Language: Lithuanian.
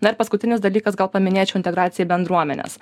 na ir paskutinis dalykas gal paminėčiau integraciją į bendruomenes